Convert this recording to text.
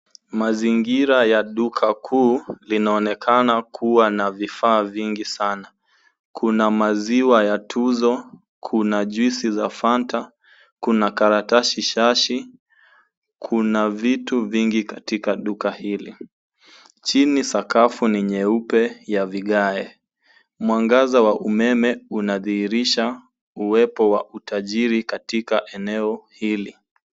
Mazingira ya duka kuu. Linaonekana kuwa na vitu vingi sana. Kuna maziwa ya Tuzo, kuna juisi za Fanta, kuna karatasi sashi, kuna vitu vingi katika duka hili. Chini, sakafu ni nyeupe ya vigae. Mwangaza wa umeme unadhihirisha uwepo wa utajiri katika eneo hili.